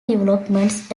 developments